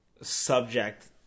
subject